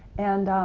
and